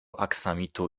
aksamitu